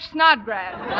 Snodgrass